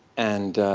and